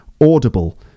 audible